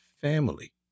Family